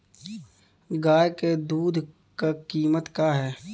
गाय क दूध क कीमत का हैं?